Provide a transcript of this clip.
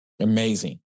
Amazing